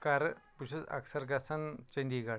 کَرٕ بہٕ چھُس اکثر گَژھان چنٛدی گَڑھ